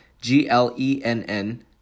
G-L-E-N-N